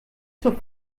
zur